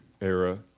era